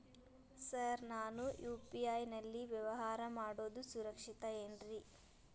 Sir ನಾನು UPI ನಲ್ಲಿ ವ್ಯವಹಾರ ಮಾಡೋದು ಸುರಕ್ಷಿತ ಏನ್ರಿ?